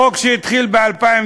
מבטיח לך.